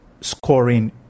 scoring